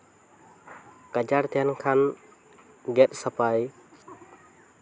ᱜᱟᱡᱟᱲ ᱛᱟᱦᱮᱱ ᱠᱷᱟᱱ ᱜᱮᱫ ᱥᱟᱯᱷᱟᱭ